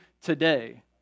today